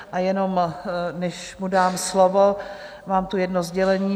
A jenom, než mu dám slovo, mám tu jedno sdělení.